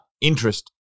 interest